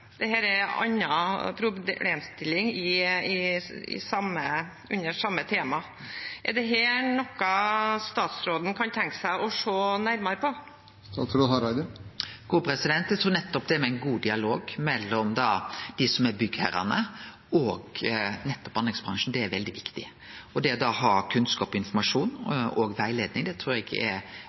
er en annen problemstilling under samme tema. Er dette noe statsråden kan tenke seg å se nærmere på? Eg trur det med ein god dialog mellom byggherrane og anleggsbransjen er veldig viktig, og det å da ha kunnskap og informasjon, og òg rettleiing, trur eg er veldig positivt. Det